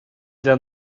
для